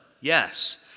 Yes